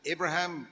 Abraham